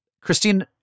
Christine